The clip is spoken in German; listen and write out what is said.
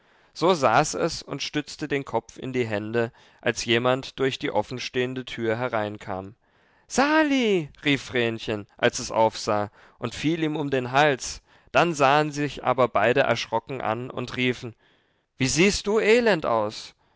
so saß es und stützte den kopf in die hände als jemand durch die offenstehende tür hereinkam sali rief vrenchen als es aufsah und fiel ihm um den hals dann sahen sich aber beide erschrocken an und riefen wie siehst du elend aus